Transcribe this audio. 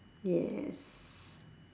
yes